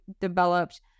developed